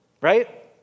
right